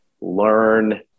learn